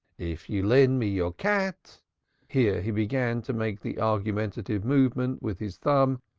if you lend me your cat here he began to make the argumentative movement with his thumb,